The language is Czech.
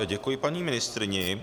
Děkuji paní ministryni.